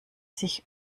sich